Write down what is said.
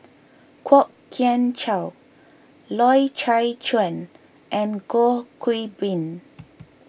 Kwok Kian Chow Loy Chye Chuan and Goh Qiu Bin